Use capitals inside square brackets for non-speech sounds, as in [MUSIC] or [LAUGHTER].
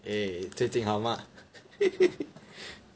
eh 最近好吗 [LAUGHS]